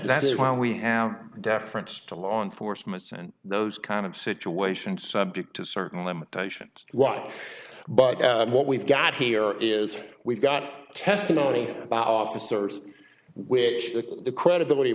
that's why we have deference to law enforcement's and those kind of situations subject to certain limitations why but what we've got here is we've got testimony about officers with the credibility